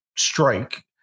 Strike